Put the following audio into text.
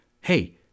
hey